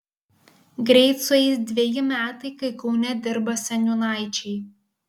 greit sueis dveji metai kai kaune dirba seniūnaičiai